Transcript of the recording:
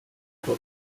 until